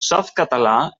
softcatalà